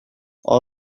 all